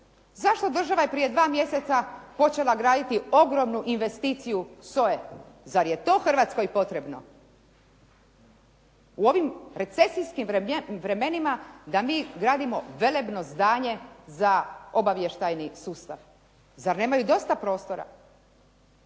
Zašto država je prije dva mjeseca počela graditi ogromnu investiciju SOA-e. Zar je to Hrvatskoj potrebno, u ovim recesijskim vremenima da mi gradimo velebno zdanje za obavještajni sustav, zar nemaju dosta prostora.